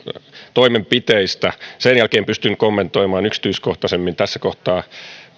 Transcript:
toimenpiteistä sen jälkeen pystyn kommentoimaan yksityiskohtaisemmin tässä kohtaa